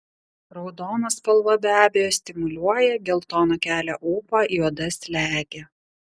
raudona spalva be abejo stimuliuoja geltona kelia ūpą juoda slegia